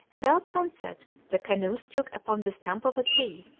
about sunset the canoe struck upon the stump of a tree,